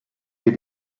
wir